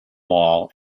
mall